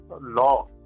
law